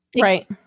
Right